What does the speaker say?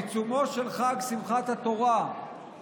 בעיצומו של חג שמחת התורה,